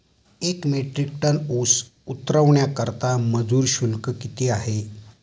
एक metric ton ऊस उतरवण्याकरता मजूर शुल्क किती आहे?